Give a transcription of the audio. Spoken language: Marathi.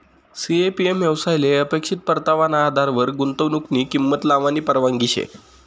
सी.ए.पी.एम येवसायले अपेक्षित परतावाना आधारवर गुंतवनुकनी किंमत लावानी परवानगी शे